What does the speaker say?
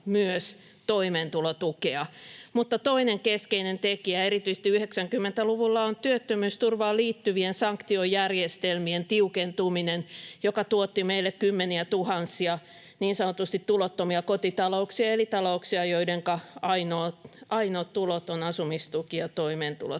myös toimeentulotukea. Mutta toinen keskeinen tekijä erityisesti 90-luvulla on työttömyysturvaan liittyvien sanktiojärjestelmien tiukentuminen, joka tuotti meille kymmeniätuhansia niin sanotusti tulottomia kotitalouksia eli talouksia, joidenka ainoat tulot ovat asumistuki ja toimeentulotuki.